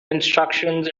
instructions